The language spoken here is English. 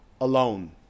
alone